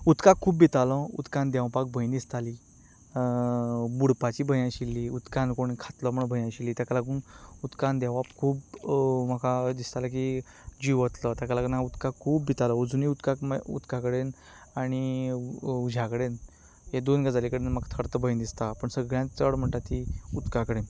उदकाक खूब भितालो उदकांत देंवपाक भंय दिसताली बुडपाची भंय आशिल्ली उदकांत कोण खातलो म्हूण भंय आशिल्ली ताका लागून उदकांत देंवप खूब म्हाका अशें दिसतालें की जीव वतलो ताका लागून हांव उदकाक खूब भितालो आजुनय उदकाक उदका कडेन आनी उज्या कडेन ह्या दोन गजालीं कडेन म्हाका थर्त भंय दिसता पूण सगळ्यांत चड म्हणटा ती उदका कडेन